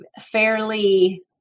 fairly